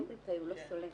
זה לא סולק.